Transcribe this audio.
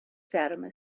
fatima